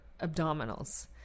abdominals